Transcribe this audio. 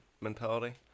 mentality